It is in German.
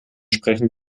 sprechen